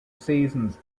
seasons